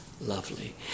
lovely